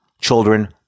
children